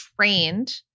trained